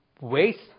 Waste